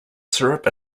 syrup